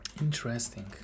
Interesting